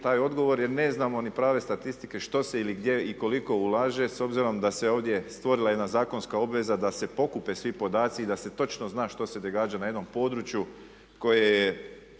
taj odgovor jer ne znamo ni prave statistike što se ili gdje i koliko ulaže s obzirom da se ovdje stvorila jedna zakonska obveza da se pokupe svi podaci i da se točno zna što se događa na jednom području koje je